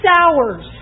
hours